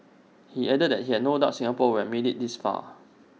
he added that he had no doubt Singapore would make IT this far